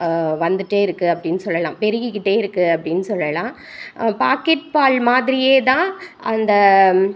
வந்துகிட்டே இருக்குது அப்படின்னு சொல்லலாம் பெருகிக்கிட்டே இருக்குது அப்படின்னு சொல்லலாம் பாக்கெட் பால் மாதிரியே தான் அந்த